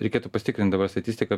reikėtų pasitikrint dabar statistiką